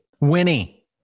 Winnie